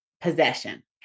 possession